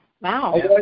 Wow